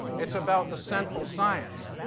it's about the central science,